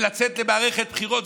ולצאת למערכת בחירות,